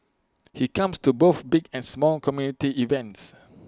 he comes to both big and small community events